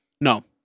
No